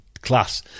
class